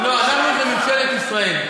לא, "אנחנו" זה ממשלת ישראל.